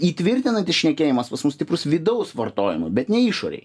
įtvirtinantis šnekėjimas pas mus stiprus vidaus vartojimui bet ne išorei